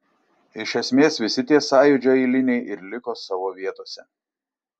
iš esmės visi tie sąjūdžio eiliniai ir liko savo vietose